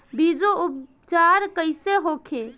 बीजो उपचार कईसे होखे?